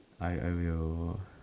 I I will